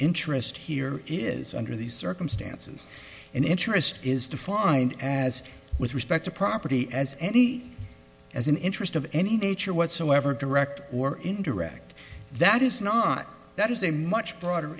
interest here is it's under these circumstances and interest is defined as with respect to property as any as an interest of any nature whatsoever direct or indirect that is not that is a much broader